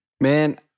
Man